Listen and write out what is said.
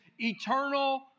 eternal